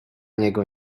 niego